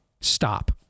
Stop